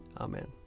Amen